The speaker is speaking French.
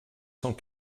cent